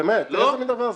איזה מין דבר זה?